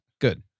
Good